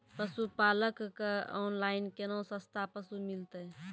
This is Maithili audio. पशुपालक कऽ ऑनलाइन केना सस्ता पसु मिलतै?